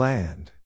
Land